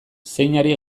zeinari